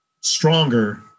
stronger